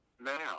now